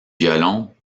violon